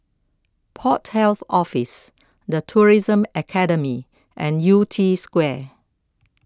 Port Health Office the Tourism Academy and Yew Tee Square